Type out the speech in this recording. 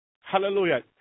Hallelujah